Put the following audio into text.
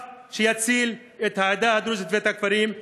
שיציל את העדה הדרוזית ואת הכפרים,